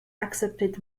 accepted